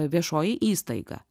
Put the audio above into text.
viešoji įstaiga